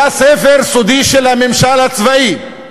היה ספר סודי של הממשל הצבאי,